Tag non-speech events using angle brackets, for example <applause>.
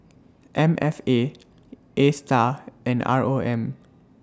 M F A <noise> ASTAR and R O M